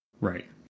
Right